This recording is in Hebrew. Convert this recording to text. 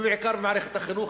ובעיקר במערכת החינוך,